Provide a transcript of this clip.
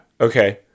Okay